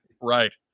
Right